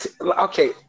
Okay